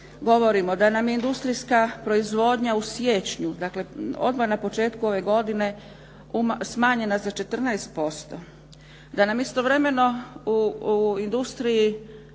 govorimo da nam je industrijska proizvodnja u siječnju, dakle odmah na početku ove godine smanjena za 14%, da nam istovremeno u industriji